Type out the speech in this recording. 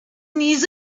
knees